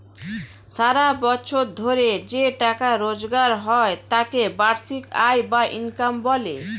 সারা বছর ধরে যে টাকা রোজগার হয় তাকে বার্ষিক আয় বা ইনকাম বলে